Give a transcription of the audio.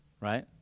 Right